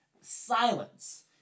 Silence